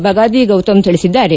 ಬಗಾದಿ ಗೌತಮ್ ತಿಳಿಸಿದ್ದಾರೆ